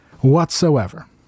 whatsoever